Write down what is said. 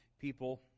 people